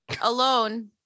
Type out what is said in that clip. alone